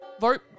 Vote